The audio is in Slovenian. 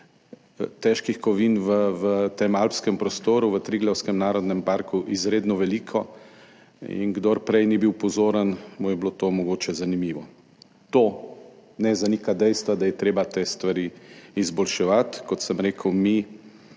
težkih kovin v tem alpskem prostoru, v Triglavskem narodnem parku izredno veliko. Kdor prej ni bil pozoren, mu je bilo to mogoče zanimivo. To ne zanika dejstva, da je treba te stvari izboljševati. Kot sem rekel, mi